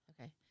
Okay